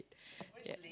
yeah